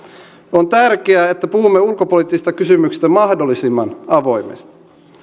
on tärkeää että puhumme ulkopoliittisista kysymyksistä mahdollisimman avoimesti